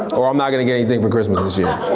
or i'm not gonna get anything for christmas this year.